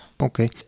Okay